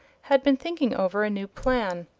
had been thinking over a new plan.